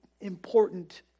important